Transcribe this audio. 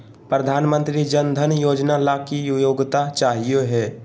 प्रधानमंत्री जन धन योजना ला की योग्यता चाहियो हे?